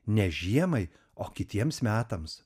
ne žiemai o kitiems metams